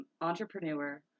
entrepreneur